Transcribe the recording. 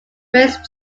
race